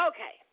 Okay